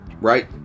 Right